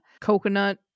coconut